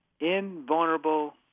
invulnerable